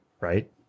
right